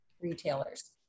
retailers